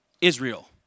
Israel